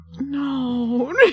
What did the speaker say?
No